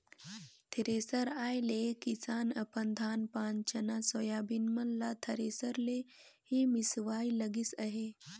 thresher आए ले किसान अपन धान पान चना, सोयाबीन मन ल थरेसर ले ही मिसवाए लगिन अहे